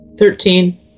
Thirteen